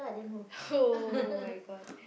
!oh-my-God!